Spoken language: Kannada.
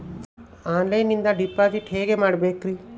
ಆನ್ಲೈನಿಂದ ಡಿಪಾಸಿಟ್ ಹೇಗೆ ಮಾಡಬೇಕ್ರಿ?